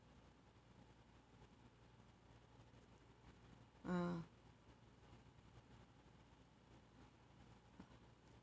ah